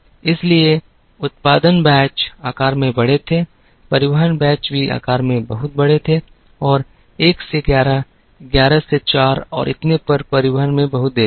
इसलिए उत्पादन बैच आकार में बड़े थे परिवहन बैच भी आकार में बहुत बड़े थे और 1 से 1111 से 4 और इतने पर परिवहन में बहुत देरी थी